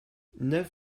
neuf